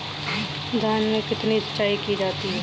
धान में कितनी सिंचाई की जाती है?